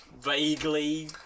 vaguely